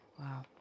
Wow